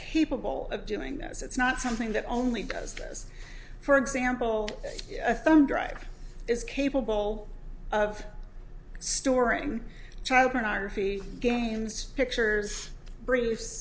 capable of doing that is it's not something that only because for example some drive is capable of storing child pornography games pictures brief